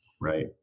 Right